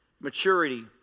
maturity